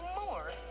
more